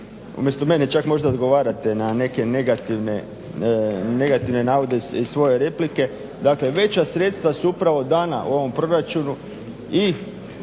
umjesto meni čak možda odgovarate na neke negativne navode iz svoje replike. Dakle, veća sredstva su upravo dana u ovom proračunu